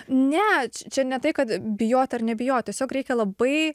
net čia ne tai kad bijot ar nebijo tiesiog reikia labai